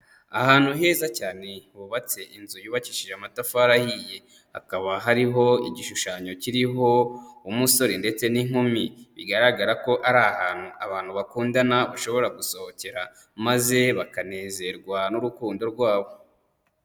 Ahantu heza cyane hubatse inzu yubakishije amatafari ahiye, hakaba hariho igishushanyo kiriho umusore ndetse n'inkumi, bigaragara ko ari ahantu abantu bakundana bashobora gusohokera maze bakanezerwa n'urukundo rwabo.